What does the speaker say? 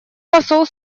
посол